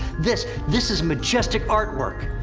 this, this is majestic artwork!